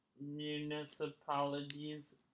Municipalities